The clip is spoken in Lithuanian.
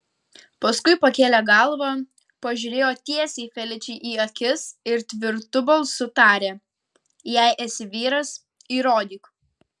paskui pakėlė galvą pažiūrėjo tiesiai feličei į akis ir tvirtu balsu tarė jei esi vyras įrodyk